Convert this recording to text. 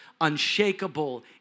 unshakable